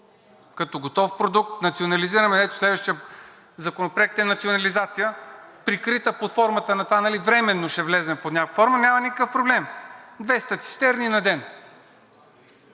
като готов продукт – национализираме, ето, следващият законопроект е национализация, прикрита под формата на това, нали, временно ще влезем под някаква форма, няма никакъв проблем – 200 цистерни на ден.